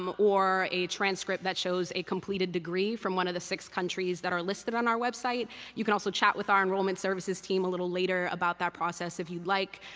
um or a transcript that shows a completed degree from one of the six countries that are listed on our website. you can also chat with our enrollment services team a little later about that process, if you'd like.